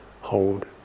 hold